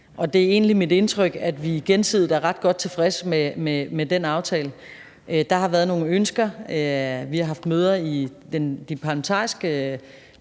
og det er egentlig mit indtryk, at vi gensidigt er ret godt tilfredse med den aftale. Der har været nogle ønsker, og vi har haft møde i den parlamentariske